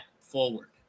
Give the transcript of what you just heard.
forward